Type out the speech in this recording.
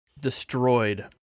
destroyed